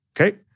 Okay